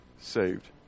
saved